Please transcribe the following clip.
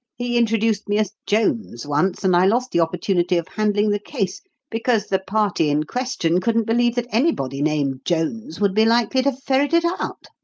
he introduced me as jones once, and i lost the opportunity of handling the case because the party in question couldn't believe that anybody named jones would be likely to ferret it out.